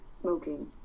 smoking